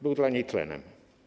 Był dla niej tlenem.